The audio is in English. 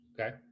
okay